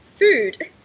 food